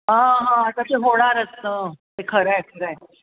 हां हां आता ते होणारच ना हे खरं आहे खरं आहे